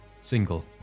single